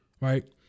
right